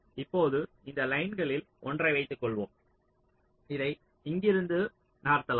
இப்போது இந்த லைன்ஸ்களில் ஒன்றை வைத்துக்கொள்வோம் இதை இங்கிருந்து இங்கிருந்து நகர்த்தலாம்